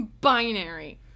binary